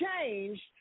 changed